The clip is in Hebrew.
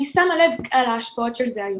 אני שמה לב להשפעות של זה היום,